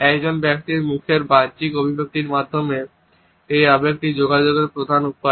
একজন ব্যক্তির মুখের বাহ্যিক অভিব্যক্তির মাধ্যমে এই আবেগটি যোগাযোগের প্রধান উপায়